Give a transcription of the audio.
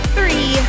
Three